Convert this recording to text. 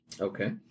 Okay